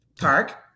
park